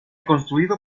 construido